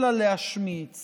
אלא להשמיץ